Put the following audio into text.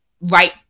right